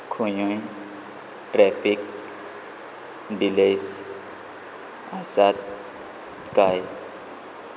खंयूय traffic delays आसात काय